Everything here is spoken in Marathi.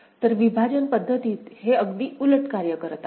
तर विभाजन पद्धतीत हे अगदी उलट कार्य करीत आहे